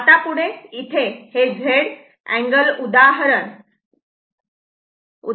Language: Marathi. आता पुढे इथे हे Z अँगल उदाहरण लिहिले आहे